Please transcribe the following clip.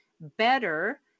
better